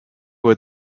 what